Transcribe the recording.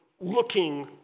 looking